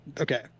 okay